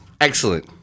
Excellent